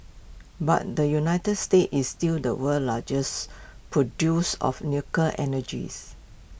but the united states is still the world's largest produce of nuclear energies